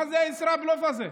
מה זה הישראבלוף הזה?